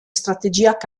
strategia